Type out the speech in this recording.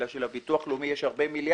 בגלל שיש לנו הרבה מיליארדים.